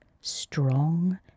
strong